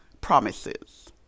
promises